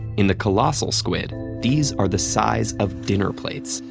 in the colossal squid, these are the size of dinner plates,